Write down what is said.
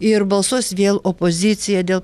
ir balsuos vėl opozicija dėl